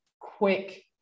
quick